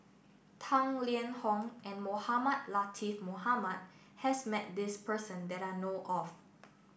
Tang Liang Hong and Mohamed Latiff Mohamed has met this person that I know of